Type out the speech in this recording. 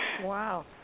Wow